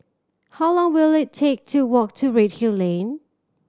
how long will it take to walk to Redhill Lane